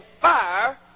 fire